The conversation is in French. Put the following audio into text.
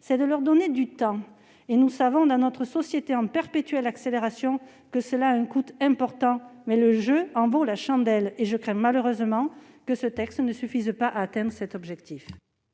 c'est de leur donner du temps. Nous savons, dans notre société en perpétuelle accélération, que cela a un coût important, mais le jeu en vaut la chandelle ! Et je crains, malheureusement, que ce texte ne suffise pas à atteindre cet objectif.